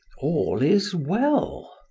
all is well.